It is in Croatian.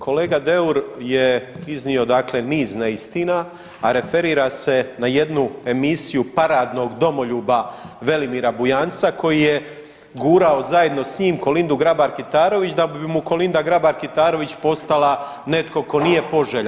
Kolega Deur je iznio dakle niz neistina, a referira se na jednu emisiju paradnog domoljuba Velimira Bujanca koji je gurao zajedno s njim Kolindu Grabar Kitarović da bi mu Kolinda Grabar Kitarović postala netko tko nije poželjan.